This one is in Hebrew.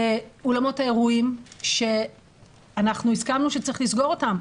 אולמות האירועים שהסכמנו שצריך לסגור אותם,